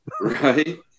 Right